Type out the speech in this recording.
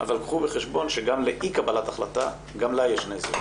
אבל קחו בחשבון שגם לאי קבלת החלטה יש השלכות ונוצר נזק.